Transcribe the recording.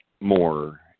more